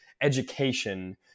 education